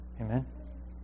Amen